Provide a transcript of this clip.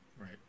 Right